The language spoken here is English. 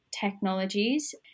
technologies